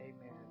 Amen